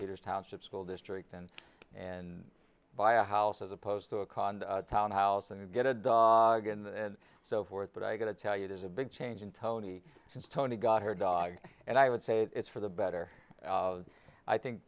peter's township school district and and buy a house as opposed to a condo townhouse and get a dog and so forth but i got to tell you there's a big change in tony since tony got her dog and i would say it's for the better i think